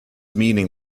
meaning